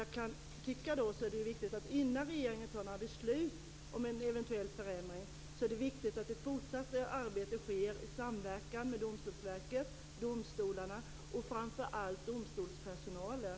Jag kan då tycka att det är viktigt, innan regeringen tar några beslut om en eventuell förändring, att det fortsatta arbetet sker i samverkan med Domstolsverket, domstolarna och framför allt domstolspersonalen.